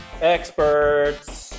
experts